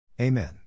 Amen